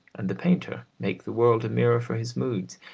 and the painter make the world a mirror for his moods,